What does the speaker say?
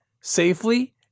safely